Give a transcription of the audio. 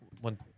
one